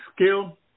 skill